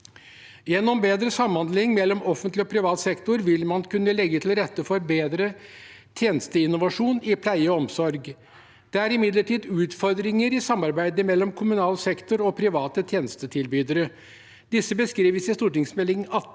Gjennom bedre samhandling mellom offentlig og privat sektor vil man kunne legge til rette for bedre tjenesteinnovasjon i pleie og omsorg. Det er imidlertid utfordringer i samarbeidet mellom kommunal sektor og private tjenestetilbydere. Disse beskrives i Meld. St. 18